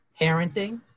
Parenting